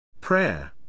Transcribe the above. Prayer